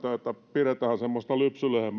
on käsittämätöntä että pidetään semmoista lypsylehmää